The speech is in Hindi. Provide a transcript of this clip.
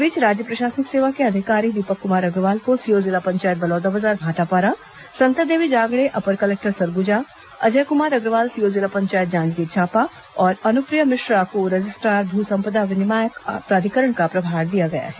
इस बीच राज्य प्रशासनिक सेवा के अधिकारी दीपक कुमार अग्रवाल को सीईओ जिला पंचायत बलौदाबाजार भाटापारा संतन देवी जांगड़े अपर कलेक्टर सरगुजा अजय कुमार अग्रवाल सीईओ जिला पंचायत जांजगीर चांपा और अनुप्रिया मिश्रा रजिस्ट्रार भू संपदा विनियामक प्राधिकरण का प्रभार दिया गया है